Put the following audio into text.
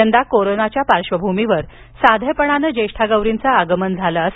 यंदा कोरोनाच्या पार्श्वभूमीवर साधेपणाने ज्येष्ठा गौरींचे आगमन घरोघरी झाले आहे